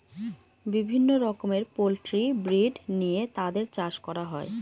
বিভিন্ন রকমের poultry breed নিয়ে তাদের চাষ করা হয়